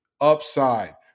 Upside